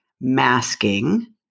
masking